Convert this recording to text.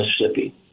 Mississippi